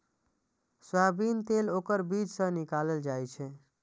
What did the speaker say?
soybean तेल ओकर बीज सं निकालल जाइ छै